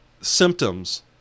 symptoms